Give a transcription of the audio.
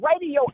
Radio